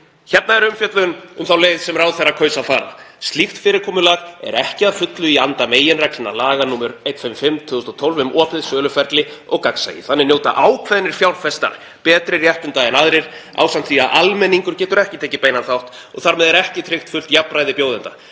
Hérna er umfjöllun um þá leið sem ráðherra kaus að fara: „[Slíkt] fyrirkomulag er ekki að fullu í anda meginregla laga nr. 155/2012, um opið söluferli og gagnsæi. Þannig njóta ákveðnir fjárfestar betri réttinda en aðrir ásamt því að almenningur getur ekki tekið beinan þátt og þar með ekki tryggt fullt jafnræði bjóðenda.“